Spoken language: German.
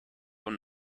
und